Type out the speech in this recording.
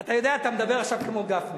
אתה יודע, אתה מדבר עכשיו כמו גפני.